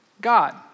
God